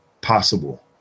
possible